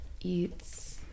eats